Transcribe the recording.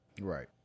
Right